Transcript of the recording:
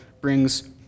brings